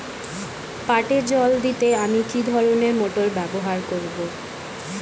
পাটে জল দিতে আমি কি ধরনের মোটর ব্যবহার করব?